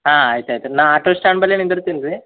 ಹಾಂ ಆಯ್ತು ಆಯ್ತು ರೀ ನಾನು ಆಟೋ ಸ್ಟ್ಯಾಂಡ್ ಬಳಿ ನಿಂದಿರ್ತೇನೆ ರೀ